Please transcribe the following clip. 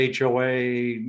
HOA